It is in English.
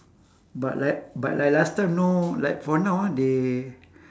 but like but like last time no like for now ah they